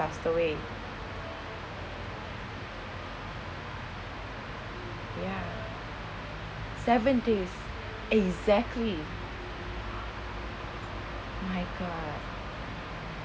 passed away ya seven days exactly my god